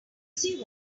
see